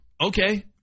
Okay